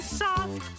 soft